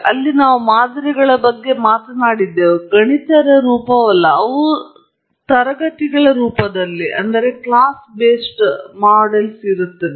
ಅಲ್ಲಿ ನಾವು ಮಾದರಿಗಳ ಬಗ್ಗೆ ಮಾತಾಡುತ್ತಿದ್ದೆವು ಗಣಿತದ ರೂಪವಲ್ಲ ಅವು ತರಗತಿಗಳ ರೂಪದಲ್ಲಿ ಹೆಚ್ಚಿನ ಮಾದರಿಗಳಾಗಿವೆ